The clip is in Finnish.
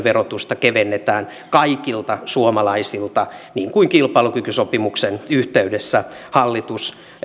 verotusta kevennetään kaikilta suomalaisilta niin kuin kilpailukykysopimuksen yhteydessä hallitus